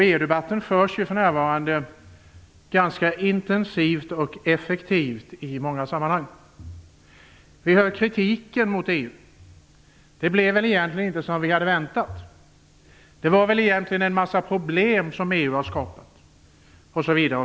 EU-debatten förs ju för närvarande ganska intensivt och effektivt i många sammanhang. Vi kan höra kritiken mot EU: Det blev väl egentligen inte som vi hade väntat, EU har väl egentligen skapat en massa problem, osv.